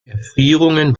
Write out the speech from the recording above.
erfrierungen